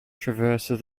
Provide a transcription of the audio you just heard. traverses